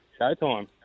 showtime